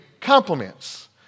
compliments